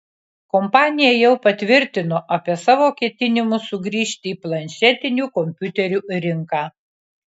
kompanija jau patvirtino apie savo ketinimus sugrįžti į planšetinių kompiuterių rinką